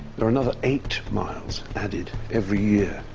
there are another eight miles added every year,